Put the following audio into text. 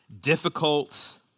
difficult